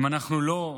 אם אנחנו לא,